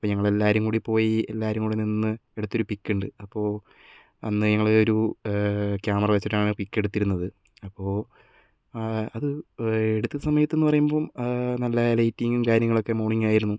ഞങ്ങൾ എല്ലാരും കൂടിപ്പോയി എല്ലാരും കൂടി നിന്ന് എടുത്തൊരു പിക്ക് ഉണ്ട് അപ്പൊ അന്ന് ഞങ്ങൾ ഒരു ക്യാമറ വെച്ചിട്ടാണ് പിക്ക് എടുത്തിരുന്നത് അപ്പോൾ അത് എടുത്ത സമയത്ത് എന്ന് പറയുമ്പോൾ നല്ല ലൈറ്റിംഗും കാര്യങ്ങളുമൊക്കെ മോർണിംഗ് ആയിരുന്നു